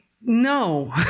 No